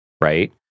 right